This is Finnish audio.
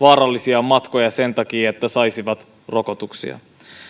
vaarallisia matkoja sen takia että saisi rokotuksia